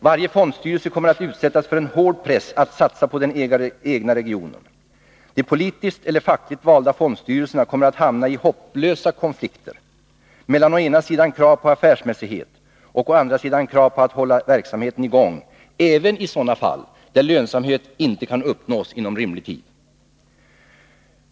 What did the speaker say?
Varje fondstyrelse kommer att utsättas för en hård press att satsa på den egna regionen. De politiskt eller fackligt valda fondstyrelserna kommer att hamna i hopplösa konflikter mellan å ena sidan krav på affärsmässighet och å andra sidan krav på att hålla verksamheten i gång även i sådana fall där lönsamhet inte kan uppnås inom rimlig tid.